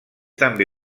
també